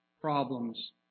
problems